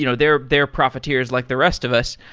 you know they're they're profiteers like the rest of us.